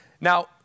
Now